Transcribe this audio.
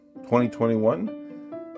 2021